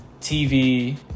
TV